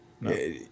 No